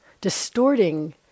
distorting